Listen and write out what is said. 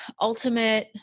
ultimate